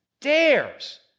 dares